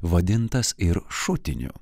vadintas ir šutiniu